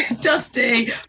dusty